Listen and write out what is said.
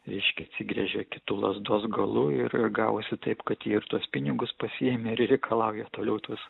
reiškia atsigręžė kitu lazdos galu ir gavosi taip kad jie ir tuos pinigus pasiėmė ir reikalauja toliau tuos